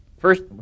First